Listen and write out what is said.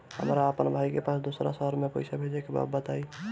हमरा अपना भाई के पास दोसरा शहर में पइसा भेजे के बा बताई?